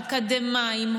אקדמאים,